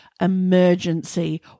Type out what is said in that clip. emergency